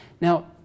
Now